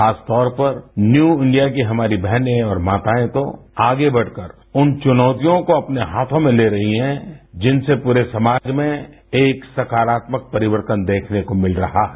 खासतौर पर new India की हमारे बहने और माताएं तो आगे बढ़कर उन चुनौतियों को अपने हाथों में ले रही है जिनसे पूरे समाज में एक सकारात्मक परिवर्तन देखने को मिल रहा है